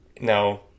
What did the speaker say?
No